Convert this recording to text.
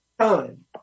time